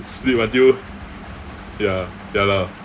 sleep until ya ya lah